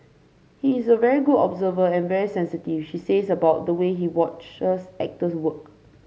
he is a very good observer and very sensitive she says about the way he watches actors work